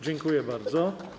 Dziękuję bardzo.